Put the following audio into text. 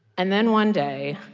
and then one day,